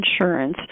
insurance